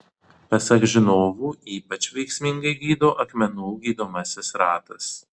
pasak žinovų ypač veiksmingai gydo akmenų gydomasis ratas